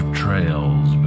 trails